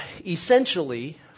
essentially